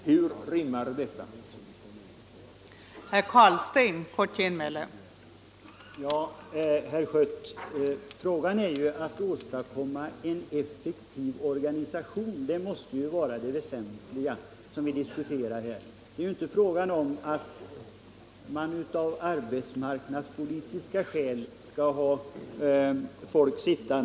Hur rimmar detta med vad som här föreslås beträffande skatteadministrationen?